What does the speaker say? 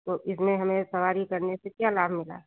तो इसमें हमें सवारी करने से क्या लाभ मिला